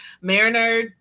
Mariner